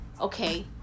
okay